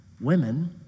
women